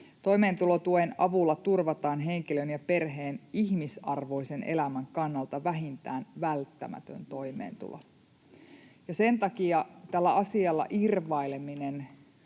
Toimeentulotuen avulla turvataan henkilön ja perheen ihmisarvoisen elämän kannalta vähintään välttämätön toimeentulo. [Kimmo Kiljunen: